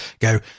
go